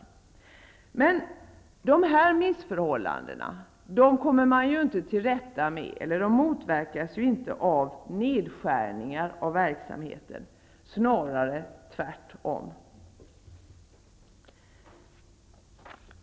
Men dessa missförhållanden kommer man inte till rätta med eller motverkas inte av nedskärningar i verksamheten, snarare tvärtom.